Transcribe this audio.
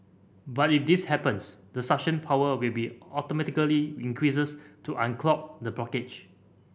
but if this happens the suction power will be automatically increased to unclog the blockage